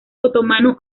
otomano